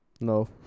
no